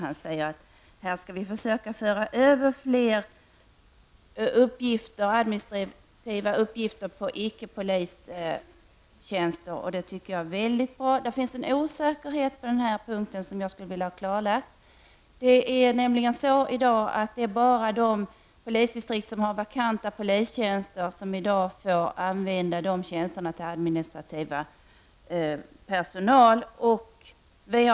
Han sade att man skall försöka föra över fler administrativa uppgifter på icke polistjänster. Det tycker jag är mycket bra. Det finns en osäkerhet på denna punkt som jag skulle vilja ha klarlagd. I dag är det nämligen bara de polisdistrikt som har vakanta polistjänster som får ha administrativ personal på dessa tjänster.